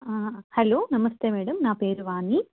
hello నమస్తే madam నా పేరు వాణి